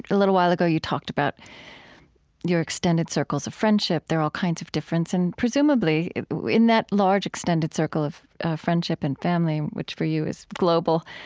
a little while ago, you talked about your extended circles of friendship. there are all kinds of differences and presumably in that large extended circle of friendship and family, which for you is global,